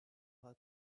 her